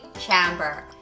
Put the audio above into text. chamber